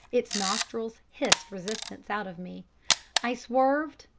its nostrils hissed resistance out of me i swerved,